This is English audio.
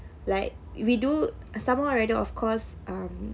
like we do uh somehow rather of course um